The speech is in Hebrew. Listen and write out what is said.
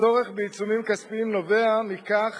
הצורך בעיצומים כספיים נובע מכך